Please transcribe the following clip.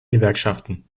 gewerkschaften